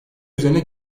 üzerine